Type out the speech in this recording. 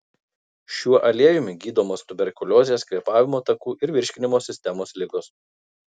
šiuo aliejumi gydomos tuberkuliozės kvėpavimo takų ir virškinimo sistemos ligos